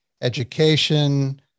education